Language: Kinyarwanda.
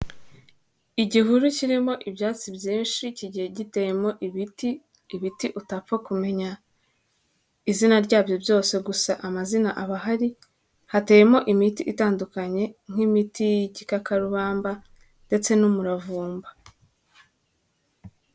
Igihuru kirimo ibyatsi byinshi kigiye giteyemo ibiti, ibiti utapfa kumenya, izina rya byo byose gusa amazina aba ahari, hateyemo imiti itandukanye nk'imiti y'igikakarubamba ndetse n'umuravumba.